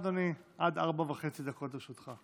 בבקשה, אדוני, עד ארבע וחצי דקות לרשותך.